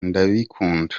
ndabikunda